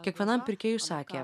kiekvienam pirkėjui sakė